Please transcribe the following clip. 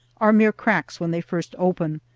are mere cracks when they first open,